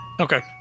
okay